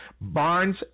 Barnes